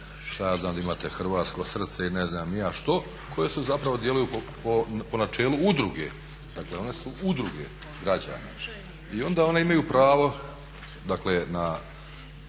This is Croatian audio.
ja znam da imate hrvatsko srce i ne znam ni ja što koje zapravo djeluju po načelu udruge, dakle one su udruge građana i onda one imaju pravo dakle